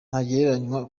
ntagereranywa